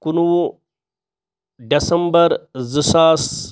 کُنوُہ ڈیٚسَمبَر زٕ ساس